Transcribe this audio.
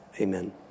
amen